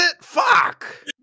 Fuck